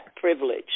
privilege